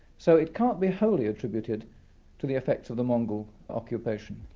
so it can't be wholly attributed to the effects of the mongol occupation.